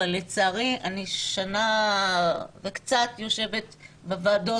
אבל לצערי אני שנה וקצת יושבת בוועדות,